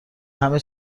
همه